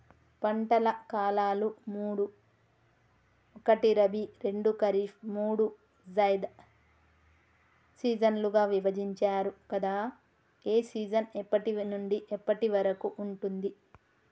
పంటల కాలాలు మూడు ఒకటి రబీ రెండు ఖరీఫ్ మూడు జైద్ సీజన్లుగా విభజించారు కదా ఏ సీజన్ ఎప్పటి నుండి ఎప్పటి వరకు ఉంటుంది?